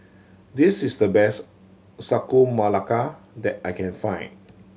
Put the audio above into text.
this is the best Sagu Melaka that I can find